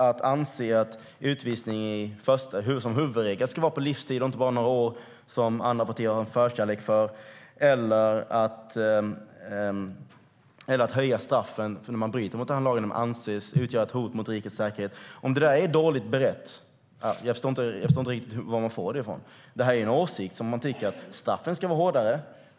Vi anser att utvisning som huvudregel ska vara på livstid och inte bara några år - som andra partier har en förkärlek för - eller att straffen ska höjas om man bryter mot lagen eller anses utgöra ett hot mot rikets säkerhet. Det här är en åsikt. Straffen ska vara hårdare.